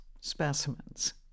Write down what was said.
specimens